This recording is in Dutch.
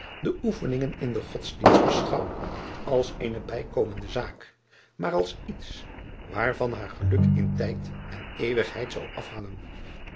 de oefeningen in den odsdienst beschouwde als eene bijkomende zaak maar als iets waarvan haar geluk in tijd en eeuwigheid zou afhangen